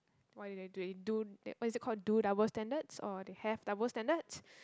why they do they do what is it called do double standards or they have double standards